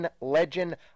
legend